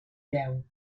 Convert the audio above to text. veu